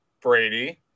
brady